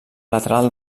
lateral